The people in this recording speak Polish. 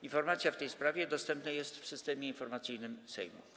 Informacja w tej sprawie dostępna jest w Systemie Informacyjnym Sejmu.